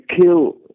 kill